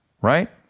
right